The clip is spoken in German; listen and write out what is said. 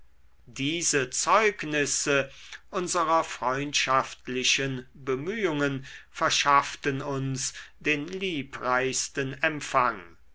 diese zeugnisse unserer freundschaftlichen bemühungen verschafften uns den liebreichsten empfang